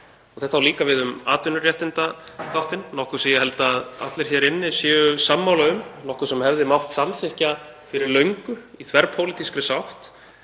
Þetta á líka við um atvinnuréttindaþáttinn, nokkuð sem ég held að allir hér inni séu sammála um, nokkuð sem hefði mátt samþykkja fyrir löngu í þverpólitískri sátt.